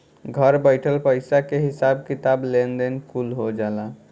घर बइठल पईसा के हिसाब किताब, लेन देन कुल हो जाला